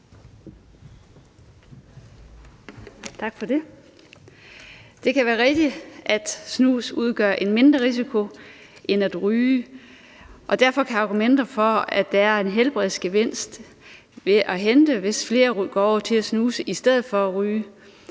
Tak for det. Det kan være rigtigt, at snus udgør en mindre risiko end at ryge, og derfor kan der være argumenter for, at der er en helbredsgevinst at hente, hvis flere går over til at snuse i stedet for at ryge.